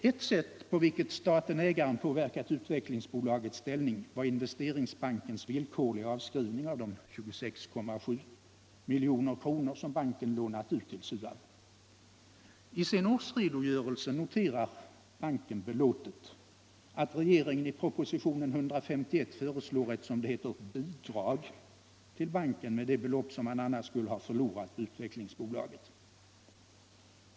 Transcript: Ett sätt, på vilket staten/ägaren påverkat Utvecklingsaktiebolagets ställning var Investeringsbankens villkorliga avskrivning av de 26,7 milj.kr. som banken lånat ut till SUAB. I sin årsredogörelse noterar banken belåtet, att regeringen i propositionen 151 föreslår ett, som det heter, ”bidrag” till banken med det belopp som man annars skulle ha förlorat på Utvecklingsaktiebolaget.